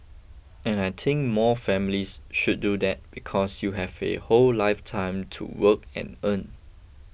and I think more families should do that because you have a whole lifetime to work and earn